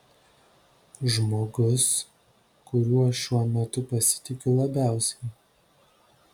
žmogus kuriuo šiuo metu pasitikiu labiausiai